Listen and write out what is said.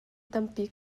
tampi